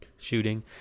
shooting